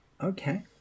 okay